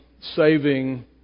saving